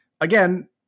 Again